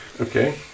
Okay